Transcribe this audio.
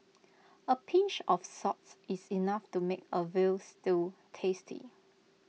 A pinch of salts is enough to make A Veal Stew tasty